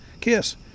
kiss